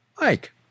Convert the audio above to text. Mike